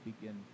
begin